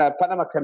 Panama